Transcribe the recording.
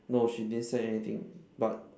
no she didn't say anything but